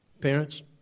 Parents